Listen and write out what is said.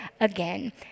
again